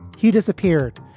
he disappeared,